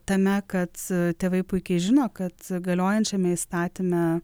tame kad tėvai puikiai žino kad galiojančiame įstatyme